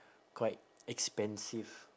quite expensive